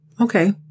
Okay